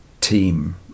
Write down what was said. team